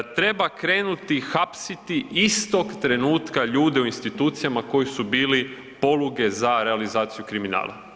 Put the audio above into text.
Treba krenuti hapsiti istog trenutka ljude u institucijama koji su bili poluge za realizaciju kriminala.